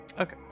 Okay